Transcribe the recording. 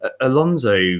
Alonso